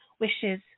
wishes